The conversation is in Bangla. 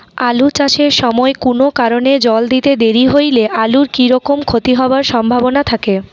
আলু চাষ এর সময় কুনো কারণে জল দিতে দেরি হইলে আলুর কি রকম ক্ষতি হবার সম্ভবনা থাকে?